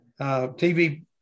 tv